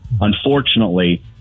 unfortunately